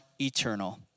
eternal